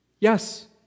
Yes